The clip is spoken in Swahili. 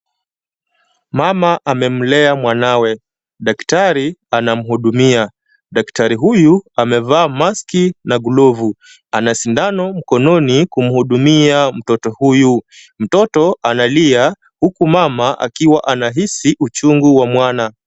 Mama amemlea mwanawe. Daktari anamuhudumia. Daktari huyu amevaa mask na glovu. Ana sindano mkononi kumuhudumia mtoto huyu. Mtoto analia huku mama akiwa anahisi uchungu wa mwana.